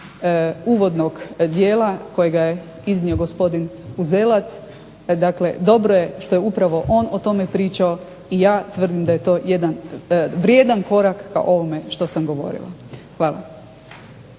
uvodnog dijela kojega je iznio gospodin Uzelac. Dakle, dobro je što je upravo on o tome pričao i ja tvrdim da je to jedan vrijedan korak ka ovome što sam govorila. Hvala.